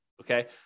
okay